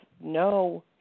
no